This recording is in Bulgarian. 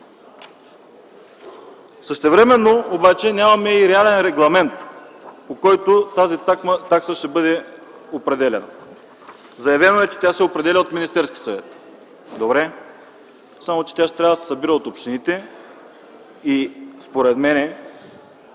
Същевременно обаче нямаме и реален регламент, по който тази такса ще бъде определяна. Заявено е, че тя се определя от Министерския съвет. Добре, само че тя ще трябва да се събира от общините и според мен